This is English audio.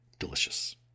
Delicious